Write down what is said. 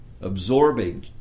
absorbing